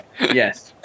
Yes